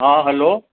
हा हल्लो